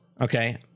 Okay